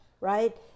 right